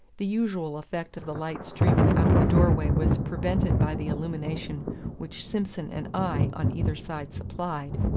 the usual effect of the light streaming out of the door-way was prevented by the illumination which simson and i on either side supplied.